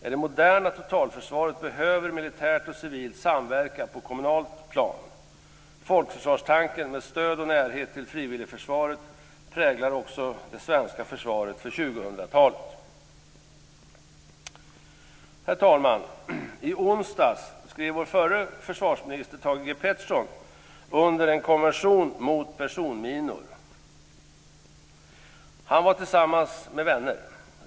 I det moderna totalförsvaret behöver militärt och civilt samverka på kommunalt plan. Folkförsvarstanken med stöd och närhet till frivilligförsvaret präglar också det svenska försvaret för Herr talman! I onsdags skrev vår förre försvarsminister Thage G Peterson under en konvention mot personminor. Han var tillsammans med vänner.